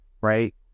right